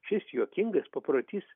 šis juokingas paprotys